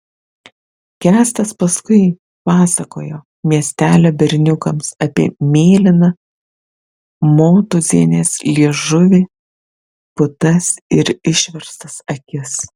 kęstas paskui pasakojo miestelio berniukams apie mėlyną motūzienės liežuvį putas ir išverstas akis